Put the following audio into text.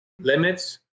limits